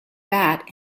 bat